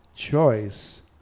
choice